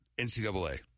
NCAA